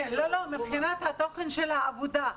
מבחינת התוכן של העבודה,